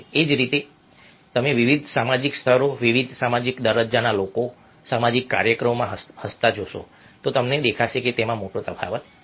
એ જ રીતે એ જ રીતે જો તમે વિવિધ સામાજિક સ્તરો વિવિધ સામાજિક દરજ્જાના લોકો સામાજિક કાર્યક્રમોમાં હસતાં જોશો તો તમને દેખાશે કે તેમાં મોટો તફાવત છે